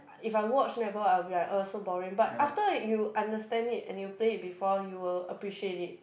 if I watch netball I will be like ugh so boring but after you understand it and you play it before you will appreciate it